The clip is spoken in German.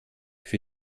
für